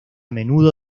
menudo